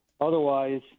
Otherwise